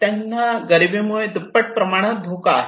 त्यांना गरीबी मुळे दुप्पट प्रमाणात धोका आहे